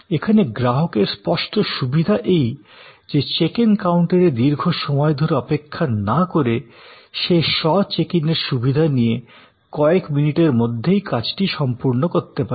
এখানে গ্রাহকের স্পষ্ট সুবিধা এই যে চেক ইন কাউন্টারে দীর্ঘ সময় ধরে অপেক্ষা না করে আপনি স্ব চেক ইনের সুবিধা নিয়ে কয়েক মিনিটের মধ্যেই কাজটি সম্পন্ন করতে পারেন